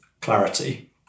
clarity